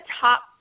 top